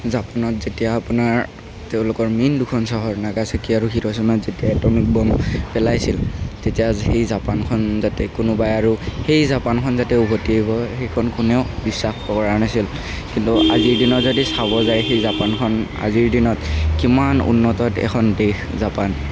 জাপানত যেতিয়া আপোনাৰ তেওঁলোকৰ মেইন দুখন চহৰ নাগাচাকি আৰু হিৰোচিমাত যেতিয়া এটম বোম্ব পেলাইছিল তেতিয়া সেই জাপানখন যাতে কোনোবাই আৰু সেই জাপানখন যাতে উভতি আহিব সেইখন কোনেও বিশ্বাস কৰা নাছিল কিন্তু আজিৰ দিনত যদি চাব যায় সেই জাপানখন আজিৰ দিনত কিমান উন্নত এখন দেশ জাপান